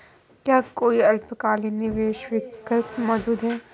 क्या कोई अल्पकालिक निवेश विकल्प मौजूद है?